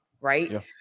right